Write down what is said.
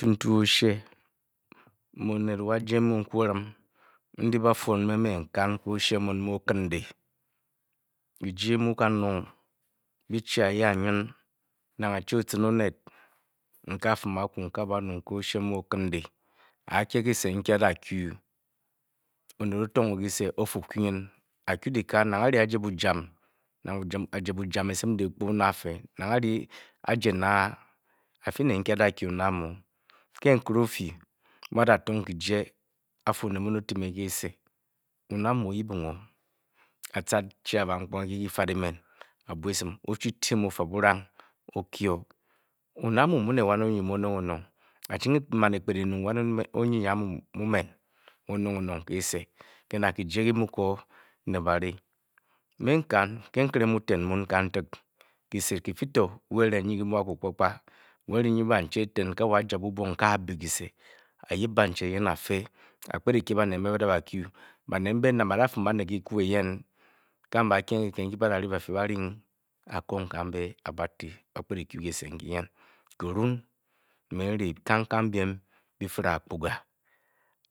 Me onet wa James Nku orin ndyi ba|fwon me, n-kan ke oshe mun mu okondi, ejii e|mu kanong, byi-chi i aya nyin, nang a-chi oun onet, a a|fim aku a-banung ke oshe mu okonde, aakye kyise nkyi adakyiionet o-tong ng o. Kyise o|fu. kyee nyin. nang a-kyu u ye bujam, nang bujam esin diikpu ne afee. Nang a|re na afi ne nkyi adakye onet amu. A nkere oo|fyi mu adatong kyije nkyi wo amu a-kyu u ke kyise. Onet amu o-yip ng o o-datong o bamkponge ke kyifat emen a-chifyi, o-lyem ofo burong o-kye o. Onet amu, a mu ne wan onyinyi mu onong onong, a-chi ng ekpet enung ke kafa kyise ankyi ke na kyije kyi|mu ko ne bari. Me nn|kan. Ke nkene mu eten kantik, kyise kyifi to wa eringe kyi|mu aku kpa kpa wa eringe nyi banchi eten, a a|ja bubong a-bi kyise. a-yip banche eyen a-fe a-kpet ekye banet mbe badakyu. Nang badafim banet kyiku eyen a mbe ba-kye ng kyikit nkyi badane sane bafi ba-ri ng, a-koo kambe a-ti, ba-kpet ekyu ke kyise eyen kurum, nn|ri, kang kang byem byi|firi akuga.